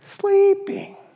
Sleeping